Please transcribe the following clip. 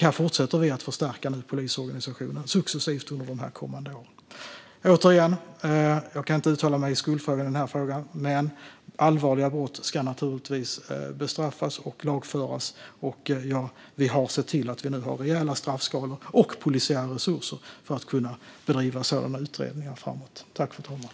Här fortsätter vi att förstärka polisorganisationen successivt under de kommande åren. Jag kan inte uttala mig i skuldfrågan i denna fråga, men allvarliga brott ska naturligtvis bestraffas och lagföras. Vi har sett till att det nu finns rejäla straffskalor och polisiära resurser för att bedriva sådana utredningar framåt i tiden.